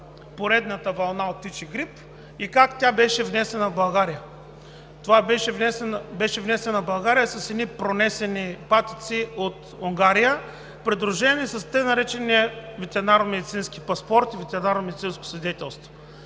поредната вълна от птичи грип и как тя беше внесена в България. Беше внесена в България с едни пренесени патици от Унгария, придружени с тъй наречените ветеринарномедицински паспорт и ветеринарномедицинско свидетелство.